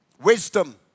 Wisdom